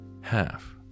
half